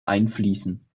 einfließen